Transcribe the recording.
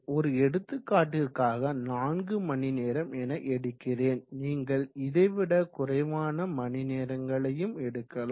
ஒரு எடுத்துக்காட்டிற்காக 4மணிநேரம் என எடுக்கிறேன் நீங்கள் இதைவிட குறைவான மணிநேரங்களையும் எடுக்கலாம்